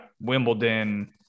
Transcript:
Wimbledon